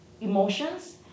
emotions